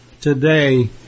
today